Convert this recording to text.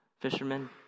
fishermen